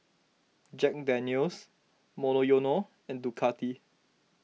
Jack Daniel's Monoyono and Ducati